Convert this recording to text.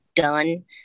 done